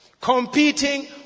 Competing